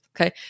Okay